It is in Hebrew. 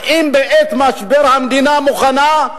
האם בעת משבר המדינה מוכנה,